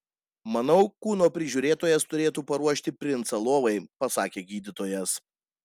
manau kūno prižiūrėtojas turėtų paruošti princą lovai pasakė gydytojas